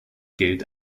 gilt